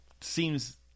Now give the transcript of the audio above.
seems